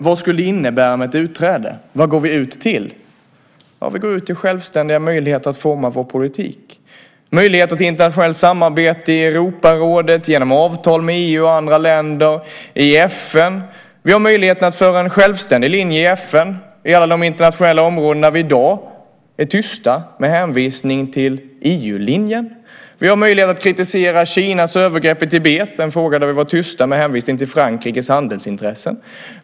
Vad skulle det innebära med ett utträde? Vad går vi ut till? Vi går ut till självständiga möjligheter att forma vår politik, möjligheter till internationellt samarbete i Europarådet, genom avtal med EU och andra länder i FN. Vi har möjligheten att föra en självständig linje i FN på alla de internationella områden vi i dag är tysta med hänvisning till EU-linjen. Vi har möjlighet att kritisera Kinas övergrepp i Tibet, en fråga där vi varit tysta med hänvisning till Frankrikes handelsintressen.